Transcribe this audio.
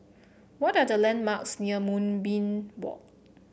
what are the landmarks near Moonbeam Walk